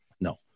no